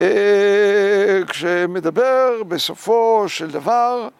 ‫כשמדבר בסופו של דבר,